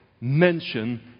mention